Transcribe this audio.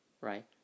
right